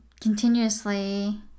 continuously